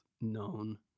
known